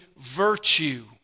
virtue